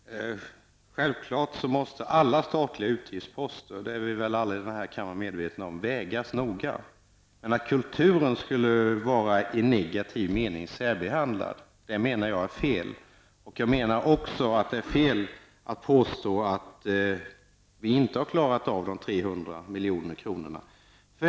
Herr talman! Det är självklart att alla statliga utgiftsposter måste vägas noga. Det är vi alla i den här kammaren medvetna om. Men att kultur skulle vara, i negativ mening, särbehandlad är fel. Det är också fel att påstå att vi inte har klarat av de 300 miljoner kronorna.